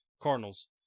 Cardinals